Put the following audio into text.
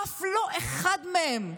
אף לא אחד מהם,